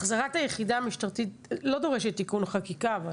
החזרת היחידה המשטרתית לא דורשת תיקון חקיקה.